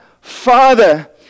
Father